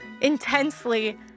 intensely